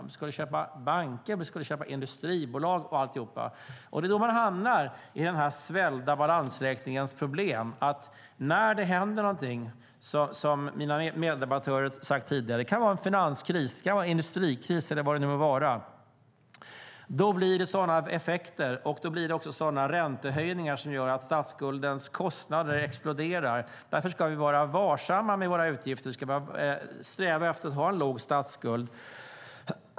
Vi skulle köpa banker, industribolag och alltihop. Det är då man hamnar i den svällda balansräkningens problem. När det händer någonting, som mina meddebattörer sagt tidigare, en finanskris, industrikris eller vad det nu må vara, då blir det sådana effekter och räntehöjningar som gör att statsskuldens kostnader exploderar. Därför ska vi vara varsamma med våra utgifter. Vi ska sträva efter att ha en låg statsskuld.